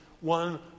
one